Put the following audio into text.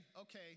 okay